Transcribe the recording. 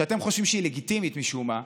שאתם חושבים שהיא לגיטימית משום מה,